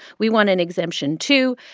we want an exemption, too.